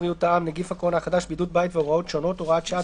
בריאות העם (נגיף הקורונה החדש) (בידוד בית והוראות שונות) (הוראת שעה),